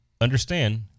understand